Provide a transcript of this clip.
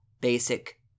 basic